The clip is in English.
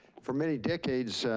for many decades,